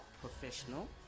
professional